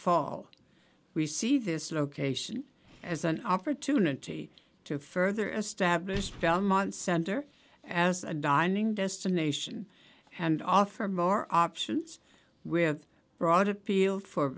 fall we see this location as an opportunity to further establish belmont center as a dining destination and offer more options with broader appeal for